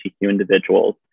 individuals